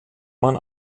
man